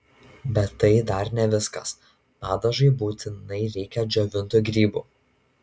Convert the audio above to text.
bet tai dar ne viskas padažui būtinai reikia džiovintų grybų